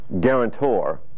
guarantor